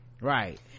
Right